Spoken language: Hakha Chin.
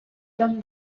dam